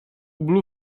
blue